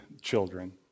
children